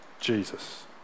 Jesus